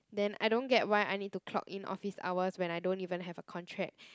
then I don't get why I need to clock in office hours when I don't even have a contract